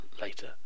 later